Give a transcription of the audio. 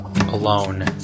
alone